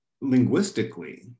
linguistically